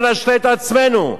לא נשלה את עצמנו,